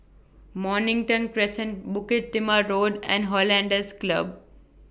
Mornington Crescent Bukit Timah Road and Hollandse Club